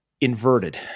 inverted